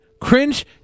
cringe